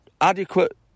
adequate